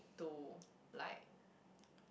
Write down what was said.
to like